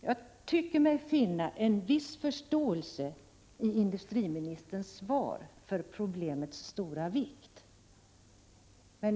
Jag tycker mig finna en viss förståelse för problemets stora vikt i industriministerns svar.